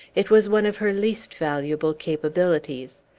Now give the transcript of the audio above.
it was one of her least valuable capabilities.